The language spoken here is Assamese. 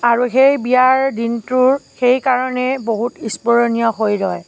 আৰু সেই বিয়াৰ দিনটোৰ সেইকাৰণেই বহুত স্মৰণীয় হৈ ৰয়